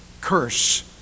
curse